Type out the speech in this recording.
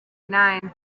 nine